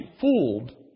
fooled